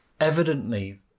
evidently